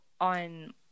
on